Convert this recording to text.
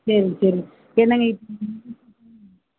சரிங்க சரிங்க என்னங்க இப்போ முகூர்த்த டைமு